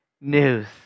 news